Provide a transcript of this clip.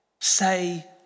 say